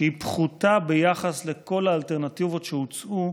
שהיא פחותה ביחס לכל האלטרנטיבות שהוצעו,